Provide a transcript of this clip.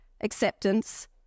acceptance